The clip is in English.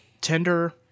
Tender